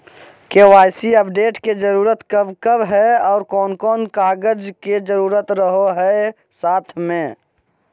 KYC update के जरूरत कब कब है और कौन कौन कागज के जरूरत रहो है साथ में?